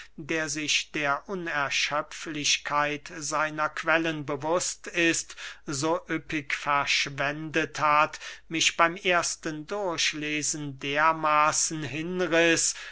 der sich der unerschöpflichkeit seiner quellen bewußt ist so üppig verschwendet hat mich beym ersten durchlesen dermaßen hinriß